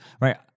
right